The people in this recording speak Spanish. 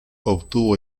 obtuvo